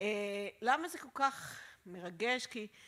למה זה כל כך מרגש, כי...